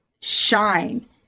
shine